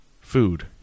food